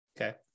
Okay